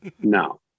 No